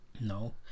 No